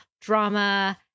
drama